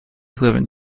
equivalent